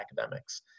academics